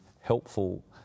helpful